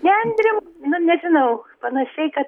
nendrėm na nežinau panašiai kad